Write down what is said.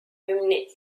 hümni